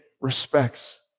respects